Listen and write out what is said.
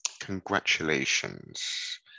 congratulations